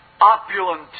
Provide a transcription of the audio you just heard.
opulent